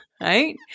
Right